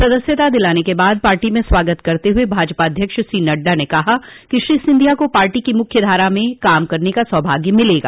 सदस्यता दिलाते के बाद पार्टी में स्वागत करते हुए भाजपा अध्यक्ष श्री नड्डा ने कहा कि श्री सिंधिया को पार्टी की मुख्य धारा में काम करने का सौभाग्य मिलेगा